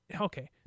okay